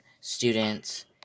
students